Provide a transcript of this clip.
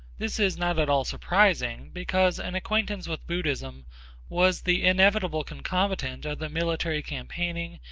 this is not at all surprising, because an acquaintance with buddhism was the inevitable concomitant of the military campaigning,